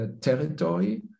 territory